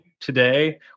today